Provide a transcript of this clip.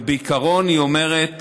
ובעיקרון היא אומרת